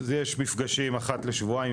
יש מפגשים אחת לשבועיים,